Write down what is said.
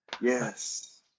Yes